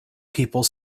people